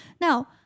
Now